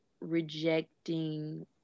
rejecting